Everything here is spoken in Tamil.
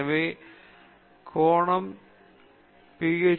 எனவே அந்த கோணம் தீட்டா பி